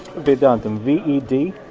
vedantam v e d